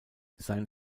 seine